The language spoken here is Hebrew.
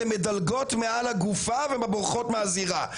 אתן מדלגות מעל הגופה ובורחות מהזירה,